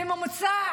בממוצע.